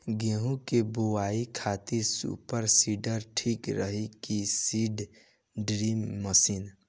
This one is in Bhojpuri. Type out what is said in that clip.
गेहूँ की बोआई खातिर सुपर सीडर ठीक रही की सीड ड्रिल मशीन?